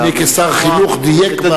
אדוני כשר חינוך דייק.